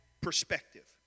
perspective